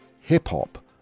hip-hop